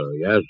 Yes